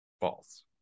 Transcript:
False